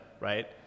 right